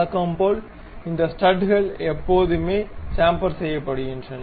வழக்கம்போல் இந்த ஸ்டுட்கள் எப்போதுமே சேம்பர் செய்யப்படுகின்றன